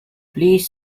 please